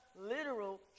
literal